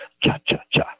cha-cha-cha